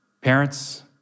parents